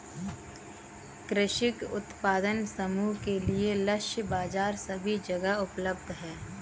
कृषक उत्पादक समूह के लिए लक्षित बाजार सभी जगह उपलब्ध है